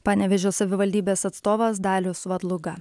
panevėžio savivaldybės atstovas dalius vadluga